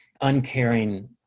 uncaring